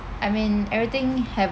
I mean everything haven't